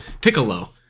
Piccolo